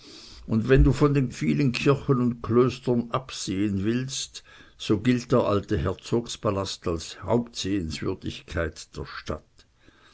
und wenn du von den vielen kirchen und klöstern absehen willst so gilt der alte herzogspalast als die hauptsehenswürdigkeit der stadt